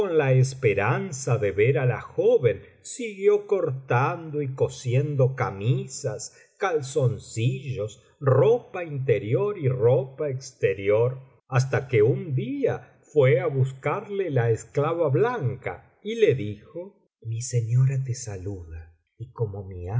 la esperanza de ver á la joven siguió cortando y cosiendo camisas calzoncillos ropa interior y ropa extex ior hasta que un día fué á buscarle la esclava blanca y le dijo mi señora te saluda y como mi